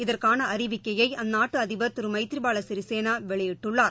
இதற்கான அறிவிக்கையை அந்நாட்டு அதிபர் திருமை திரி பாலசிறிசேனாவெளியிட்டுள்ளார்